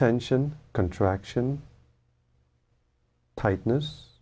tension contraction tightness